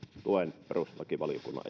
tuen perustuslakivaliokunnan